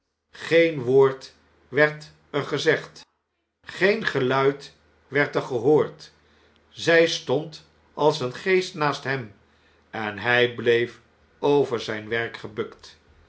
geen woord werd er gezegd geen geluid werd er gehoord zjj stond als een geest naasthem en nij bleef over zijn werk gebukt